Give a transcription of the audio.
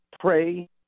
pray